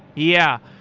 yeah.